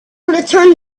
return